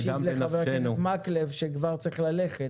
לחבר הכנסת מקלב שכבר צריך ללכת.